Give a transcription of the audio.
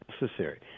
necessary